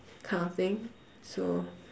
kind of thing so